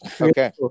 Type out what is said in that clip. Okay